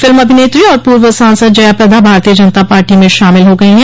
फिल्मी अभिनेत्री और पूर्व सांसद जया प्रदा भारतीय जनता पार्टी में शामिल हो गई हैं